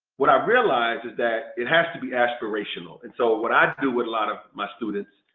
what i realized is that it has to be aspirational. and so what i do with a lot of my students,